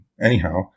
Anyhow